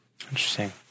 Interesting